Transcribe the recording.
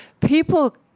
People